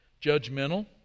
judgmental